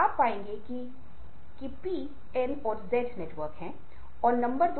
एक तार्किक सोच से संबंधित है एक और पारस्परिक कौशल और सामाजिक कौशल के साथ संबन्धित है